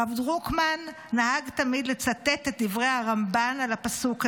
הרב דרוקמן נהג תמיד לצטט את דברי הרמב"ן על הפסוק הזה.